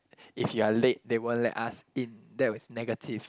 if you are late they won't let us in that was negative